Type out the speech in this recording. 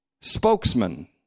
spokesman